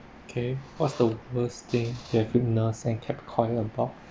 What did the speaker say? okay what's the worst thing you have witness and kept quiet about